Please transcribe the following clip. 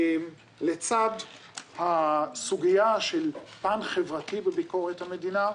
לצד הסוגיה של פן חברתי בביקורת המדינה,